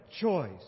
choice